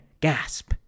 gasp